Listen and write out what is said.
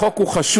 החוק הוא חשוב,